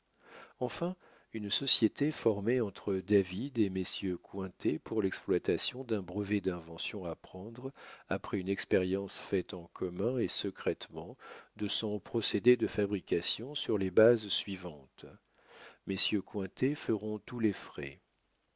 enfin une société formée entre david et messieurs cointet pour l'exploitation d'un brevet d'invention à prendre après une expérience faite en commun et secrètement de son procédé de fabrication sur les bases suivantes messieurs cointet feront tous les frais